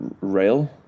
rail